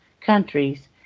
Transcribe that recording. countries